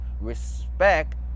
respect